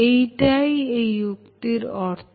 এই টাই এই উক্তির অর্থ